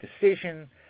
decision